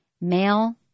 Male